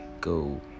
go